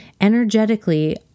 energetically